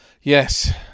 Yes